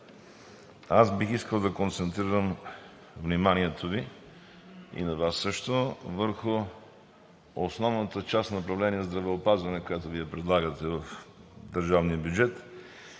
Аз бих искал да концентрирам вниманието Ви, и на Вас също, върху основната част в направление „Здравеопазване“, която Вие предлагате в държавния бюджет.